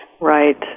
right